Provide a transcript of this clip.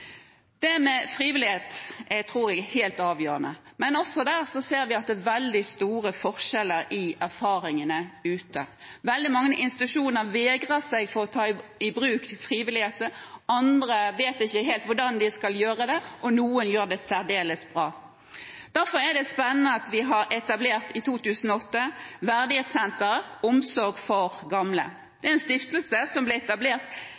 Det med frivillighet tror jeg er helt avgjørende, men også der ser vi at det er veldig store forskjeller i erfaringene ute. Veldig mange institusjoner vegrer seg for å ta i bruk frivillige, andre vet ikke helt hvordan de skal gjøre det, og noen gjør det særdeles bra. Derfor er det spennende at vi i 2008 etablerte Verdighetsenteret – omsorg for gamle. Det er en stiftelse som ble etablert